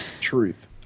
Truth